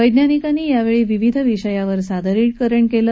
वैज्ञानिकांनी यावेळी विविध विषयांवर सादरीकरण केलं